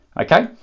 okay